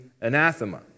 anathema